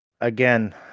again